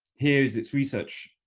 here is its research